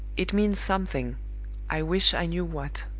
it means something i wish i knew what.